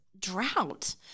drought